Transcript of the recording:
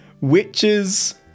Witches